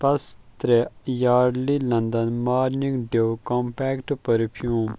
پَس ترےٚ Yardley London morning dew کۄمپیکٹہٕ پٔرفیٛوم